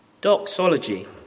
Doxology